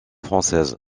française